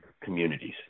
communities